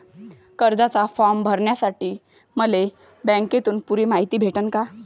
कर्जाचा फारम भरासाठी मले बँकेतून पुरी मायती भेटन का?